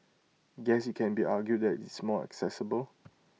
guess IT can be argued that it's more accessible